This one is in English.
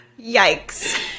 Yikes